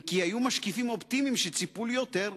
אם כי היו משקיפים אופטימיים שציפו ליותר.